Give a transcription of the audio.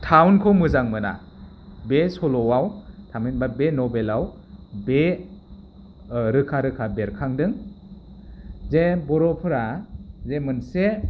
टाउनखौ मोजां मोना बे सल'आव थामहिनबा बे नभेलाव बे रोखा रोखा बेरखांदों जे बर'फोरा जे मोनसे